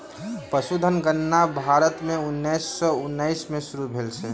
पशुधन गणना भारत में उन्नैस सौ उन्नैस में शुरू भेल अछि